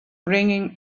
ringing